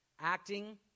acting